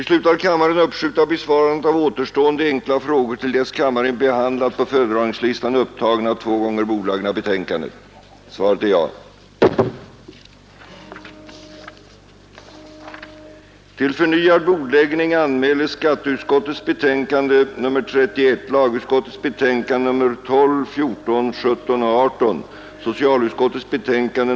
Sammanträdet i morgon, torsdagen den 25 maj, inleds kl. 10.00 med en timmes frågestund.